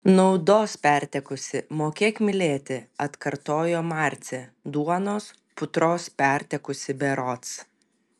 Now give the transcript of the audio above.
naudos pertekusi mokėk mylėti atkartojo marcė duonos putros pertekusi berods